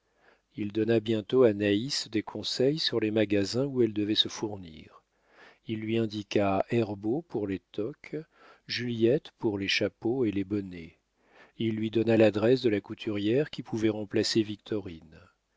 il donna bientôt à naïs des conseils sur les magasins où elle devait se fournir il lui indiqua herbault pour les toques juliette pour les chapeaux et les bonnets il lui donna l'adresse de la couturière qui pouvait remplacer victorine